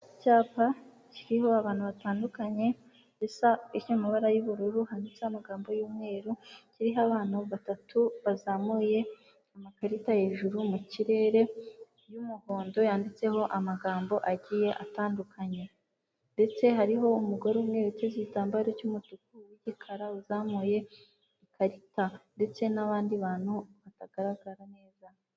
Icyapa kiriho abantu batandukanye gisa amabara y'ubururu handitse amagambo y'umweru, kiriho abana batatu bazamuye amakarita hejuru mu kirere y'umuhondo yanditseho amagambo agiye atandukanye, ndetse hariho umugore umwe uteze igitambaro cy'umutuku wigikara uzamuye ikarita ndetse n'abandi bantu batagaragara neza.